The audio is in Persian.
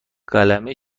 قلمه